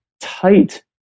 tight